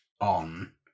on